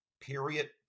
period